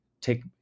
take